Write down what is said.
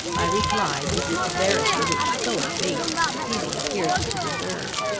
i replied with the severity which so base a proceeding appeared to deserve.